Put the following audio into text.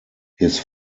his